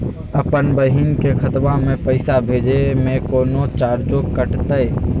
अपन बहिन के खतवा में पैसा भेजे में कौनो चार्जो कटतई?